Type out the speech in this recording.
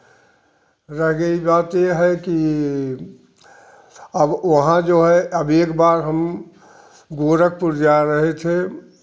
रह गई बात यह है कि अब वहाँ जो है अब एक बार हम गोरखपुर जा रहे थे